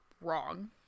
wrong